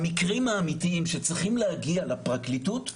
המקרים האמיתיים שצריכים להגיע לפרקליטות נעצרים,